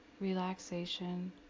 relaxation